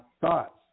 thoughts